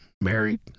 married